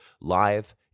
live